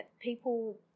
people